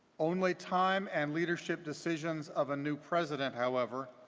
only time and leadership decisions of a new president, however,